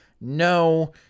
No